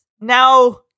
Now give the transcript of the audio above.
Now